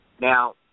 Now